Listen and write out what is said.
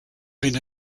been